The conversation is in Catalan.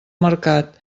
mercat